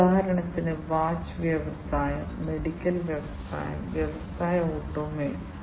ഇനി നമുക്ക് ഈ സെൻസർ നോക്കാം അത് ഓക്സിജൻ സെൻസർ ആണ്